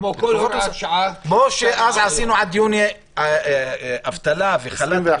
כמו כל הוראת שעה שעשינו עד יוני אבטלה וחל"ת,